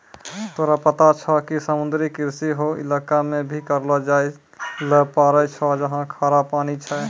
तोरा पता छौं कि समुद्री कृषि हौ इलाका मॅ भी करलो जाय ल पारै छौ जहाँ खारा पानी छै